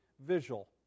visual